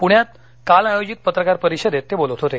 पुण्यात काल आयोजित पत्रकार परिषदेत ते बोलत होते